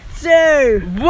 two